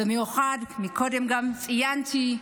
במיוחד, קודם גם ציינתי,